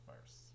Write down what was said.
first